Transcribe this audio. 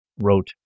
wrote